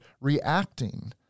reacting